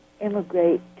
immigrate